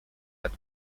that